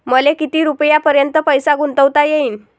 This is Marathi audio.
मले किती रुपयापर्यंत पैसा गुंतवता येईन?